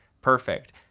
perfect